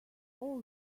all